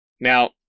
Now